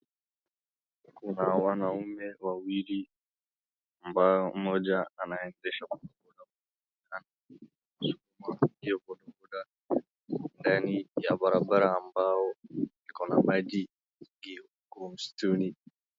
Kuna wanaume wawili ambao mmoja anaendesha bodaboda, na mwingine anaskuma hiyo bodaboda ndani ya barabara ambao iko na maji nyingi huko msituni.